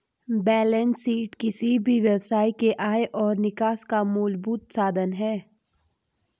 balance sheet किसी भी व्यवसाय के आय और निकास का मूलभूत साधन है